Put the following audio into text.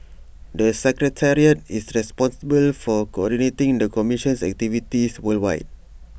the secretariat is responsible for coordinating the commission's activities worldwide